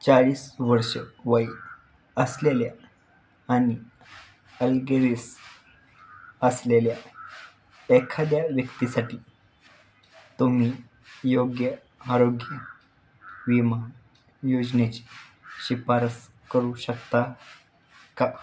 चाळीस वर्ष वय असलेल्या आणि अलगिरिस असलेल्या एखाद्या व्यक्तीसाठी तुम्ही योग्य आरोग्य विमा योजनेची शिफारस करू शकता का